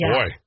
Boy